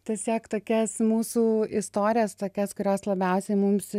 tiesiog tokias mūsų istorijas tokias kurios labiausiai mums